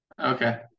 Okay